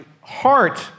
heart